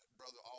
brother